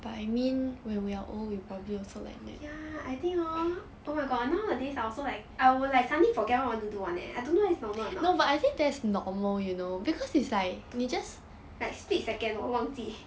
ya I think hor oh my god nowadays I also like I will like suddenly forget what I want to do [one] eh I don't know is normal or not like split second 我忘记